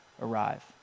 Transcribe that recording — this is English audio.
arrive